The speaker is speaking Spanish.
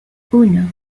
uno